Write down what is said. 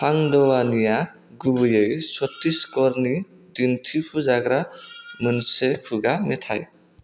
पान्ड'वानीया गुबैयै छत्तीसगढ़नि दिन्थिफुजाग्रा मोनसे खुगा मेथाइ